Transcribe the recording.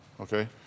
Okay